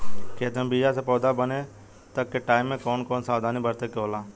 खेत मे बीया से पौधा बने तक के टाइम मे कौन कौन सावधानी बरते के होला?